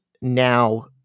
now